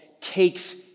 takes